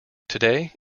today